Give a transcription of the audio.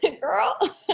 girl